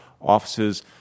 offices